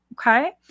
okay